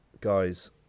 guys